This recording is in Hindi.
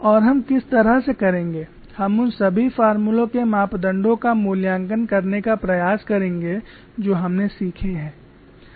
और हम किस तरह से करेंगे हम उन सभी फ़ार्मुलों के मापदंडों का मूल्यांकन करने का प्रयास करेंगे जो हमने सीखे हैं